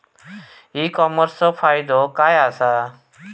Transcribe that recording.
E कॉमर्सचो फायदो काय असा?